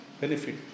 benefit